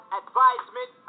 advisement